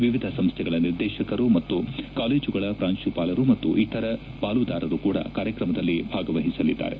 ವಿವಿಧ ಸಂಸ್ವೆಗಳ ನಿರ್ದೇಶಕರು ಮತ್ತು ಕಾಲೇಜುಗಳ ಪ್ರಾಂಕುಪಾಲರು ಮತ್ತು ಇತರ ಪಾಲುದಾರರು ಕೂಡ ಕಾರ್ಯಕ್ರಮದಲ್ಲಿ ಭಾಗವಹಿಸಲಿದ್ದಾರೆ